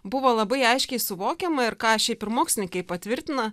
buvo labai aiškiai suvokiama ir ką šiaip ir mokslinkai patvirtina